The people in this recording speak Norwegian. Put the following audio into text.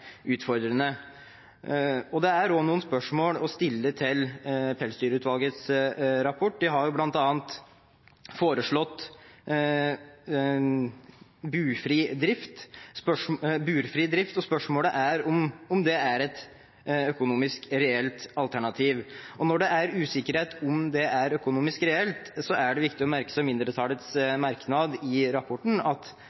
utfordrende. Det er også noen spørsmål å stille til Pelsdyrutvalgets rapport. De har bl.a. foreslått burfri drift, og spørsmålet er om det er et økonomisk reelt alternativ. Og når det er usikkerhet om hvorvidt det er økonomisk reelt, er det viktig å merke seg mindretallets merknad i rapporten om at